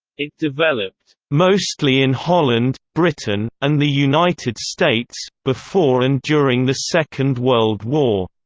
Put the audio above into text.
it developed mostly in holland, britain, and the united states, before and during the second world war.